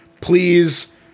please